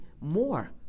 more